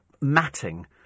matting